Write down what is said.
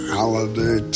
Holiday